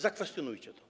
Zakwestionujcie to.